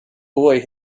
boy